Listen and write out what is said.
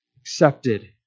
accepted